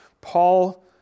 Paul